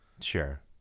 sure